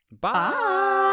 Bye